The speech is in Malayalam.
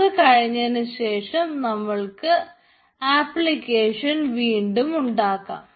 അത് കഴിഞ്ഞതിനുശേഷം നമ്മൾക്ക് ആപ്ലിക്കേഷൻ വീണ്ടും ഉണ്ടാക്കാം